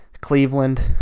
Cleveland